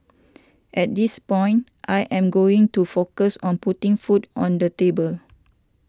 at this point I am going to focus on putting food on the table